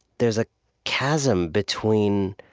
there's a chasm between